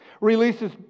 releases